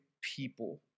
people